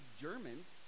Germans